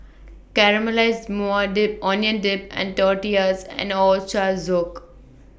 Caramelized Maui Dip Onion Dip and Tortillas and Ochazuke